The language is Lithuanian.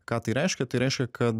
ką tai reiškia tai reiškia kad